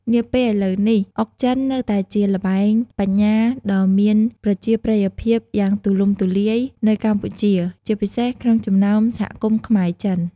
នាពេលឥឡូវនេះ អុកចិននៅតែជាល្បែងបញ្ញាដ៏មានប្រជាប្រិយភាពយ៉ាងទូលំទូលាយនៅកម្ពុជា ជាពិសេសក្នុងចំណោមសហគមន៍ខ្មែរ-ចិន។